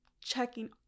checking